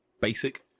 basic